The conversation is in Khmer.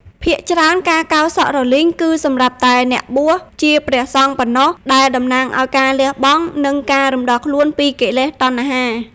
ភាគច្រើន ការកោរសក់រលីងគឺសម្រាប់តែអ្នកបួសជាព្រះសង្ឃប៉ុណ្ណោះ ដែលតំណាងឲ្យការលះបង់ និងការរំដោះខ្លួនពីកិលេសតណ្ហា។